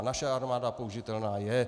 Naše armáda použitelná je.